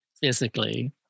physically